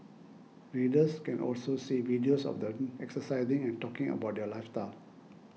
readers can also see videos of them exercising and talking about their lifestyle